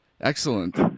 Excellent